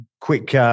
quick